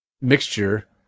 mixture